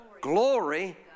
glory